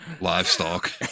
livestock